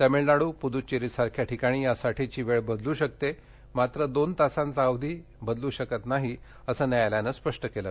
तमिळनाडू पुद्द्वेरीसारख्या ठिकाणी यासाठीची वेळ बदलू शकते मात्र दोन तासांचा कालावधी बदलू शकत नाही असं न्यायालयानं स्पष्ट केलं